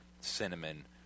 cinnamon